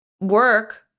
work